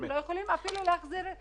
הם לא יכולים להחזיר את ההלוואות.